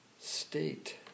state